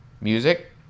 music